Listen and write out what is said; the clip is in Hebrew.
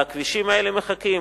והכבישים האלה מחכים,